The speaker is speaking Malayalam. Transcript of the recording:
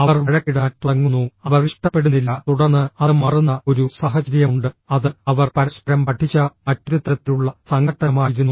അവർ വഴക്കിടാൻ തുടങ്ങുന്നു അവർ ഇഷ്ടപ്പെടുന്നില്ല തുടർന്ന് അത് മാറുന്ന ഒരു സാഹചര്യമുണ്ട് അത് അവർ പരസ്പരം പഠിച്ച മറ്റൊരു തരത്തിലുള്ള സംഘട്ടനമായിരുന്നു